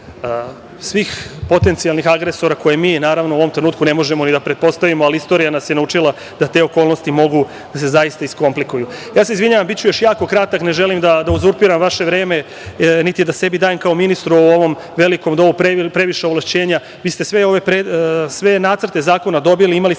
svih potencijalnih agresora koje mi, naravno, u ovom trenutku ne možemo ni da pretpostavimo, ali istorija nas je naučila da te okolnosti mogu da se zaista iskomplikuju. Izvinjavam se, biću još jako kratak, ne želim da uzurpiram vaše vreme, niti da sebi dajem kao ministru u ovom velikom Domu previše ovlašćenja. Vi ste sve nacrte zakona dobili, imali ste